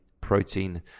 protein